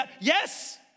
Yes